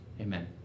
amen